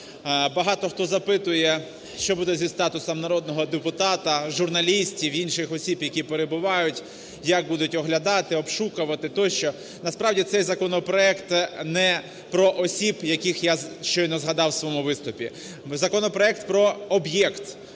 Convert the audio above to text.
Багато хто запитує, що буде зі статусом народного депутата, журналістів, інших осіб, які перебувають, як будуть оглядати, обшукувати тощо. Насправді цей законопроект не про осіб, яких я щойно згадав в своєму виступі. Законопроект про об'єкт,